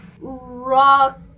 Rock